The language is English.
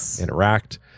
interact